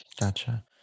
Gotcha